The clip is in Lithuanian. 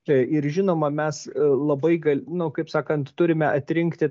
čia ir žinoma mes labai gal nu kaip sakant turime atrinkti